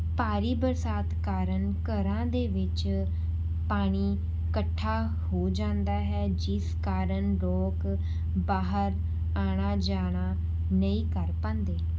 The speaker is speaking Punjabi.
ਭਾਰੀ ਬਰਸਾਤ ਕਾਰਨ ਘਰਾਂ ਦੇ ਵਿੱਚ ਪਾਣੀ ਇਕੱਠਾ ਹੋ ਜਾਂਦਾ ਹੈ ਜਿਸ ਕਾਰਨ ਲੋਕ ਬਾਹਰ ਆਉਣਾ ਜਾਣਾ ਨਹੀਂ ਕਰ ਪਾਉਂਦੇ